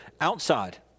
outside